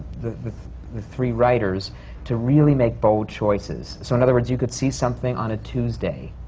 the three writers to really make bold choices. so in other words, you could see something on a tuesday.